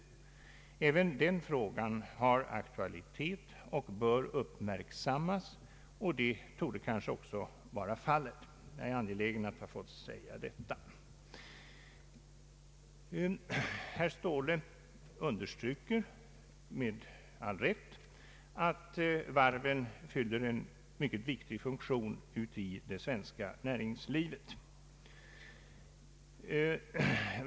Även den frågan har aktualitet och bör uppmärksammas, vilket också torde ha skett. Herr Ståhle understryker med all rätt att varven fyller en mycket viktig funk tion i det svenska näringslivet.